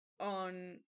on